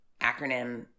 acronym